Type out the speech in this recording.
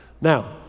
Now